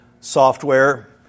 software